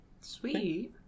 Sweet